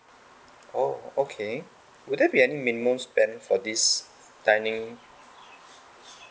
oh okay would there be any minimum spend for this dining